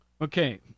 Okay